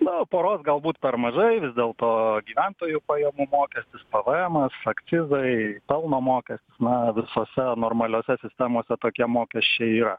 na poros galbūt per mažai vis dėlto gyventojų pajamų mokestis pvemas akcizai pelno mokestis na visose normaliose sistemose tokie mokesčiai yra